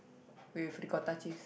with ricotta cheese